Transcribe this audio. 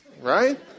right